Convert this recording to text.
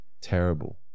terrible